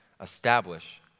establish